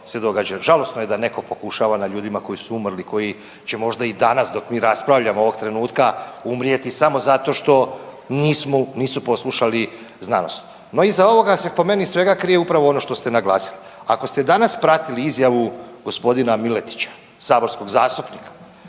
Žalosno je da netko pokušava na ljudima koji su umrli, koji će možda i danas, dok mi raspravljamo ovog trenutka umrijeti samo zato što nismo, nisu poslušali znanost. No, iza ovoga se po meni svega krije upravo ono što ste naglasili. Ako ste danas pratili izjavu g. Miletića, saborskog zastupnika,